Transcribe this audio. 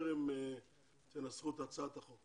בטיפול משרדי הממשלה בתופעת הגזענות.